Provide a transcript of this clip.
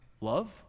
Love